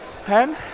pen